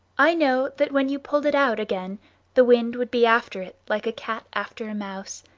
i know that when you pulled it out again the wind would be after it like a cat after a mouse,